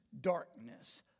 darkness